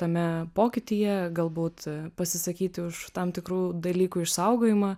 tame pokytyje galbūt pasisakyti už tam tikrų dalykų išsaugojimą